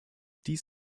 dies